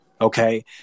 Okay